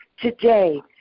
today